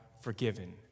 forgiven